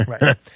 Right